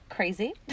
crazy